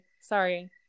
Sorry